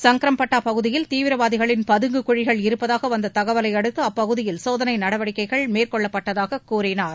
சங்க்ரம்பட்டா பகுதியில் தீவிரவாதிகளின் பதங்கு குழிகள் இருப்பதூக வந்த தகவலை அடுத்து அப்பகுதியில் சோதனை நடவடிக்கைகள் மேற்கொள்ளப்பட்டதாக கூறினார்